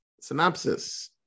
synopsis